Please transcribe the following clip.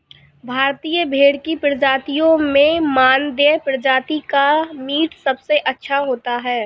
भारतीय भेड़ की प्रजातियों में मानदेय प्रजाति का मीट सबसे अच्छा होता है